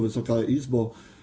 Wysoka Izbo!